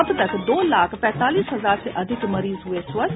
अब तक दो लाख पैंतालीस हजार से अधिक मरीज हुये स्वस्थ